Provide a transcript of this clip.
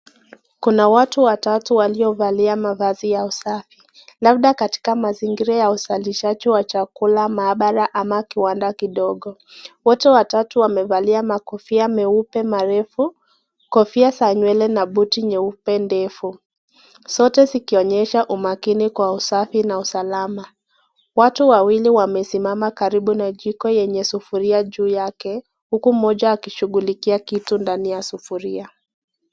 Kuna watu watatu waliovalia mavazi ya usafi, labda katika mazingira ya uzalishaji wa chakula, maabara ama kiwanda kidogo. Wote watatu wamevalia makofia meupe marefu, kofia za nywele na buti nyeupe ndefu. Zote zikionyesha umakini kwa usafi na usalama. Watu wawili wamesimama karibu na jiko yenye sufuria juu yake, huku mmoja akishughulikia kitu ndani ya sufuria.